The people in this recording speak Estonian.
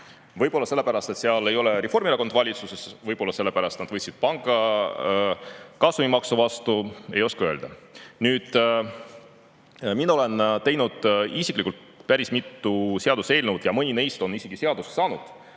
Võib-olla sellepärast, et seal ei ole Reformierakond valitsuses, aga võib-olla sellepärast, et seal võeti pankade kasumimaks vastu. Ei oska öelda. Mina olen teinud isiklikult päris mitu seaduseelnõu ja mõni neist on isegi seaduseks saanud.